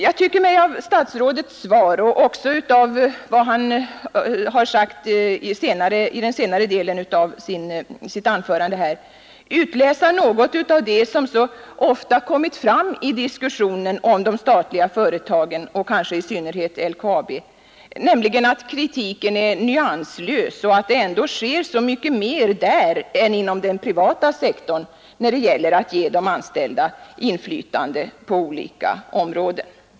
Jag tycker mig av statsrådets svar och även av vad han har sagt i den senare delen av sitt anförande kunna utläsa något av det som så ofta kommit fram i diskussionen om de statliga företagen och kanske i synnerhet LKAB, nämligen att kritiken är nyanslös och att det ändå sker så mycket mer där än inom den privata sektorn när det gäller att ge de anställda inflytande på olika områden.